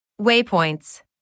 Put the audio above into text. Waypoints